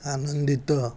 ଆନନ୍ଦିତ